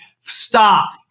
stop